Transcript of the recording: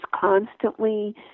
constantly